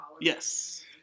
Yes